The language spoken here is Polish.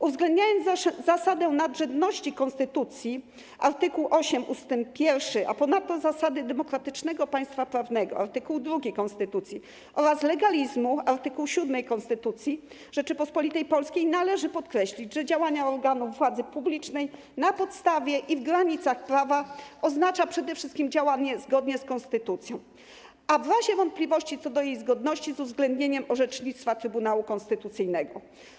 Uwzględniając zasadę nadrzędności konstytucji, art. 8 ust. 1, a ponadto zasady demokratycznego państwa prawnego, art. 2 konstytucji, oraz legalizmu, art. 7 konstytucji Rzeczypospolitej Polskiej, należy podkreślić, że działanie organów władzy publicznej na podstawie i w granicach prawa oznacza przede wszystkim działanie zgodnie z konstytucją, a w razie wątpliwości co do jej zgodności - z uwzględnieniem orzecznictwa Trybunału Konstytucyjnego.